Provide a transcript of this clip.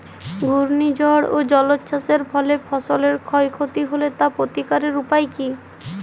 ঘূর্ণিঝড় ও জলোচ্ছ্বাস এর ফলে ফসলের ক্ষয় ক্ষতি হলে তার প্রতিকারের উপায় কী?